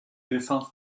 dessins